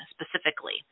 specifically